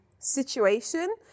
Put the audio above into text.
situation